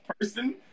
person